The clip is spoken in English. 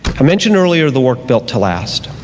i mentioned earlier the work built to last.